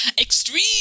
extreme